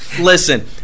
Listen